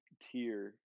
tier